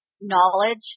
knowledge